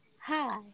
Hi